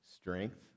strength